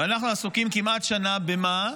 ואנחנו עסוקים כמעט שנה, במה?